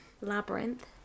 labyrinth